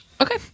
Okay